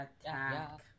Attack